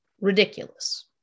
ridiculous